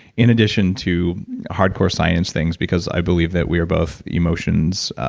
in addition to hardcore science things because i believe that we are both emotions,